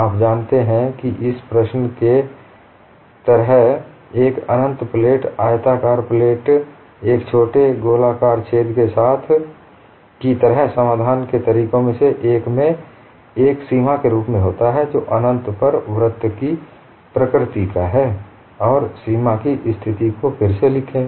आप जानते हैं कि इस तरह के प्रश्न एक अनंत प्लेट आयताकार प्लेट एक छोटे गोलाकार छेद के साथ की तरह समाधान के तरीकों में से एक में एक सीमा के रूप में होता है जो अनंत पर वृत्त की प्रकृति का है और सीमा की स्थिति को फिर से लिखें